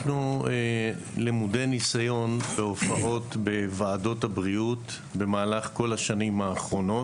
אנחנו למודי ניסיון בהופעות בוועדות הבריאות במהלך כל השנים האחרונות,